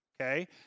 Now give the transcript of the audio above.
okay